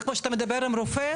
זה כמו שאתה מדבר עם רופא,